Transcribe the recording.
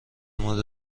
مورد